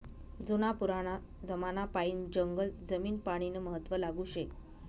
जुना पुराना जमानापायीन जंगल जमीन पानीनं महत्व लागू शे